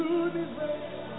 universe